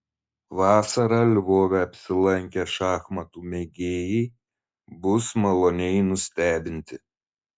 vasarą lvove apsilankę šachmatų mėgėjai bus maloniai nustebinti